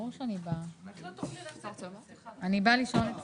הפקדות ברירת מחדל לחיסכון ארוך טווח